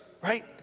right